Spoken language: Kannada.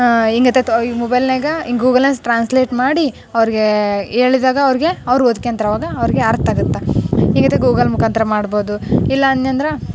ಹೆಂಗಾತೈತೋ ಈ ಮೊಬೈಲಿನ್ಯಾಗ ಇನ್ನು ಗೂಗಲ್ನ್ಯಾಗ ಟ್ರಾನ್ಸ್ಲೇಟ್ ಮಾಡಿ ಅವ್ರಿಗೆ ಹೇಳಿದಾಗ ಅವ್ರಿಗೆ ಅವರು ಓದ್ಕೊಂತಾರ್ ಅವಾಗ ಅವ್ರಿಗೆ ಅರ್ಥ ಆಗುತ್ತೆ ಈ ಗತೆ ಗೂಗಲ್ ಮುಖಾಂತರ ಮಾಡ್ಬೋದು ಇಲ್ಲ ಅನ್ನಿಅಂದ್ರ